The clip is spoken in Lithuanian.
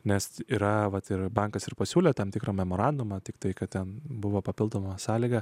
nes yra vat ir bankas ir pasiūlė tam tikrą memorandumą tiktai kad ten buvo papildoma sąlyga